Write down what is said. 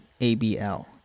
A-B-L